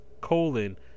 colon